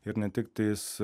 ir netik tais